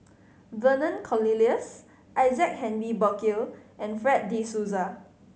Vernon Cornelius Isaac Henry Burkill and Fred De Souza